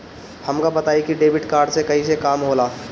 हमका बताई कि डेबिट कार्ड से कईसे काम होला?